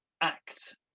act